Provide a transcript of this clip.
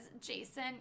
Jason